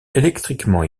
électriquement